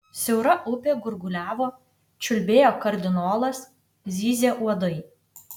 siaura upė gurguliavo čiulbėjo kardinolas zyzė uodai